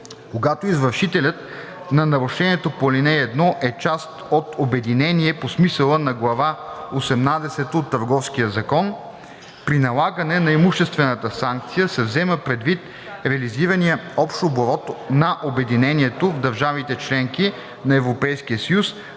Когато извършителят на нарушението по ал. 1 е част от обединение по смисъла на глава осемнадесета от Търговския закон при налагане на имуществената санкция се взема предвид реализираният общ оборот на обединението в държавите – членки на Европейския съюз,